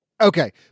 Okay